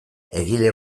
egile